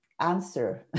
answer